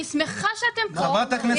אני שמחה שאתם פה,